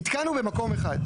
נתקענו במקום אחד.